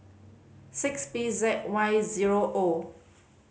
six P Z Y zero O